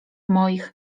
moich